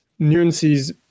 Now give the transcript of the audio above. nuances